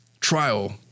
trial